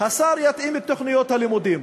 השר יתאים את תוכניות הלימודים.